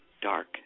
dark